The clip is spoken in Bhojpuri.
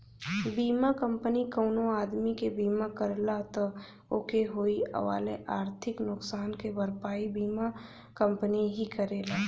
बीमा कंपनी कउनो आदमी क बीमा करला त ओके होए वाले आर्थिक नुकसान क भरपाई बीमा कंपनी ही करेला